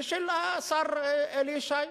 ושל השר אלי ישי,